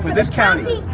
this county.